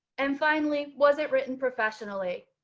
and finally, was it written professionally.